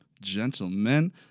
Gentlemen